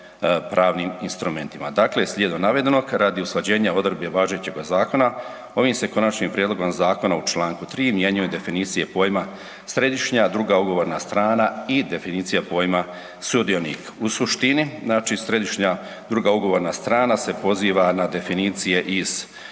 pravnim instrumentima. Dakle, slijedom navedenog radi usklađenje odredbi važećega zakona ovim se konačnim prijedlogom zakona u Članku 3. mijenjaju definicije pojma središnja druga ugovorna strana i definicija pojma sudionik. U suštini znači središnja druga ugovorna strana se poziva na definicije iz